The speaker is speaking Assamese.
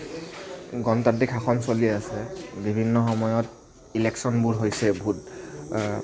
গণতান্ত্ৰিক শাসন চলি আছে বিভিন্ন সময়ত ইলেকচনবোৰ হৈছে